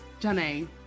Janae